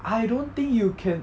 I don't think you can